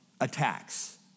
attacks